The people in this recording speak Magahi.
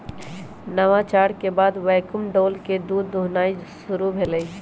नवाचार के बाद वैक्यूम डोल से दूध दुहनाई शुरु भेलइ